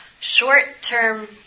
Short-term